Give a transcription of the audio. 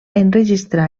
enregistrar